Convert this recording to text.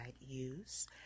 use